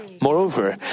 Moreover